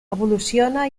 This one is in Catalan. evoluciona